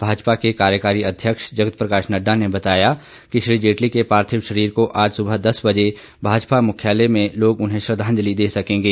भाजपा के कार्यकारी अध्यक्ष जगत प्रकाश नड्डा ने बताया कि श्री जेटली के पार्थिव शरीर को आज सुबह दस बजे भाजपा मुख्यालय में लोग उन्हें श्रद्धांजलि दे सकेंगे